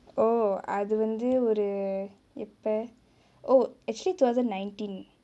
oh அது வந்து ஒரு எப்பே:athu vanthu oru yeppae oh actually two thousand nineteen